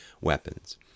weapons